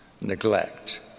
neglect